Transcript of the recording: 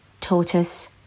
Tortoise